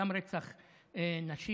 גם רצח נשים.